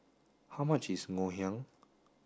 how much is Ngoh Hiang